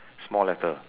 small letter